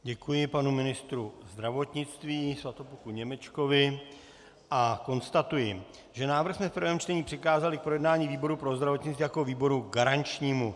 Děkuji panu ministru zdravotnictví Svatopluku Němečkovi a konstatuji, že návrh jsme v prvém čtení přikázali k projednání výboru pro zdravotnictví jako výboru garančnímu.